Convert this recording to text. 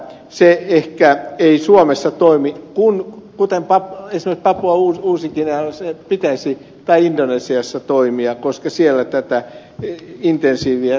se ehkä ei suomessa toimi kuten esimerkiksi papua uusi guineassa tai indonesiassa pitäisi toimia koska siellä tätä insentiiviä kyllä tarvitaan